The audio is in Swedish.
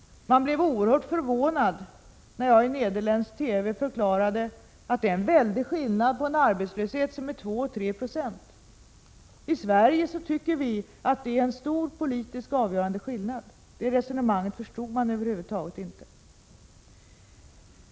Man blev oerhört förvånad när jag i nederländsk TV förklarade att det är en väldig skillnad mellan en arbetslöshet på 2 och på 3 26. I Sverige tycker vi att det är en stor, politiskt avgörande skillnad, men det resonemanget förstod man över huvud taget inte.